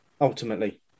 ultimately